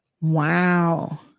Wow